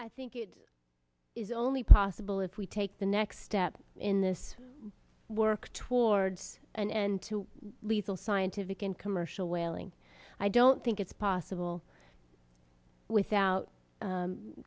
i think it is only possible if we take the next step in this work towards an end to lethal scientific and commercial whaling i don't think it's possible without